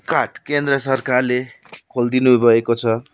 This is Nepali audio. कार्ड केन्द्र सरकारले खोलिदिनुभएको छ